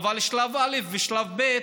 אבל שלב א' ושלב ב'